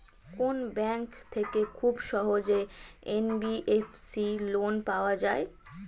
কোন ব্যাংক থেকে খুব সহজেই এন.বি.এফ.সি লোন পাওয়া যায়?